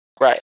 Right